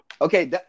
Okay